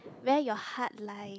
where your heart lie